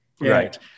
Right